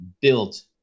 built